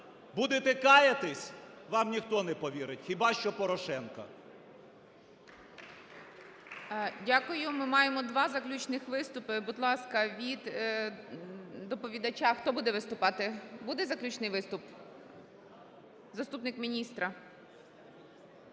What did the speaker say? будете каятись? Вам ніхто не повірить, хіба що Порошенко.